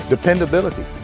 dependability